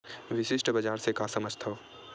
विशिष्ट बजार से का समझथव?